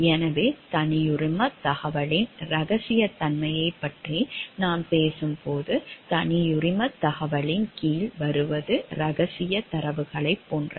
எனவே தனியுரிமத் தகவலின் இரகசியத்தன்மையைப் பற்றி நாம் பேசும்போது தனியுரிமத் தகவலின் கீழ் வருவது இரகசியத் தரவுகளைப் போன்றது